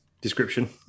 description